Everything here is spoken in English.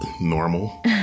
normal